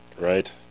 Right